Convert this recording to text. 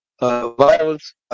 violence